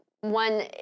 one